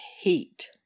heat